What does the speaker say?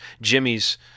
Jimmy's